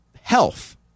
health